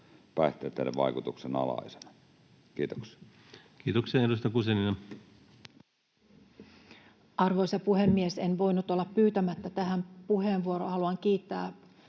päihteitten vaikutuksen alaisena. — Kiitoksia. Kiitoksia. — Edustaja Guzenina. Arvoisa puhemies! En voinut olla pyytämättä tähän puheenvuoroa. Haluan kiittää